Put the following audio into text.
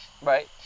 Right